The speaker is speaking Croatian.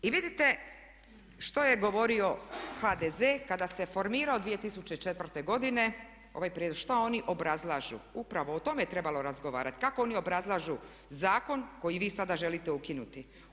I vidite što je govorio HDZ kada se formirao 2004. godine ovaj prijedlog, što oni obrazlažu upravo o tome je trebalo razgovarati kako oni obrazlažu zakon koji vi sada želite ukinuti.